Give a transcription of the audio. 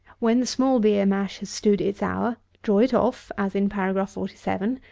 when the small beer mash has stood its hour, draw it off as in paragraph forty seven,